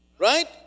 Right